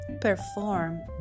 Perform